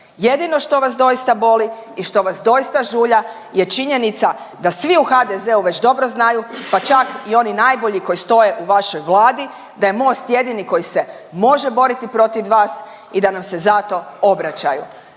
Jedino što vas doista boli i što vas doista žulja je činjenica da svi u HDZ-u već dobro znaju pa čak i oni najbolji koji stoje u vašoj Vladi da je Most jedini koji se može boriti protiv vas i da nam se zato obraćaju.